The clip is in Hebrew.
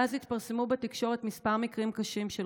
מאז התפרסמו בתקשורת כמה מקרים קשים של